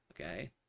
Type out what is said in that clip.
okay